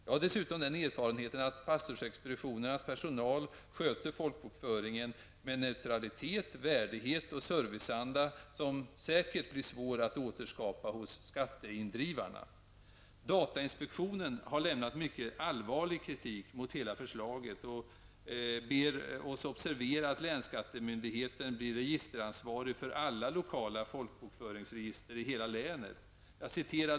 Jag har dessutom den erfarenheten att pastorsexpeditionernas personal sköter folkbokföringen med en neutralitet, värdighet och serviceanda som säkert blir svår att återskapa hos skatteindrivarna. Datainspektionen har lämnat mycket allvarlig kritik mot hela förslaget och ber oss observera att länsskattemyndigheten blir registeransvarig för alla lokala folkbokföringsregister i hela länet.